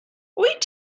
wyt